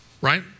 right